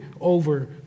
over